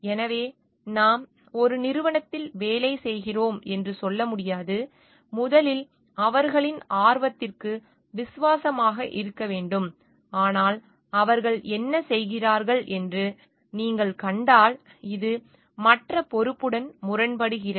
எனவே நாம் ஒரு நிறுவனத்தில் வேலை செய்கிறோம் என்று சொல்ல முடியாது முதலில் அவர்களின் ஆர்வத்திற்கு விசுவாசமாக இருக்க வேண்டும் ஆனால் அவர்கள் என்ன செய்கிறார்கள் என்று நீங்கள் கண்டால் இது மற்ற பொறுப்புடன் முரண்படுகிறது